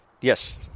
Yes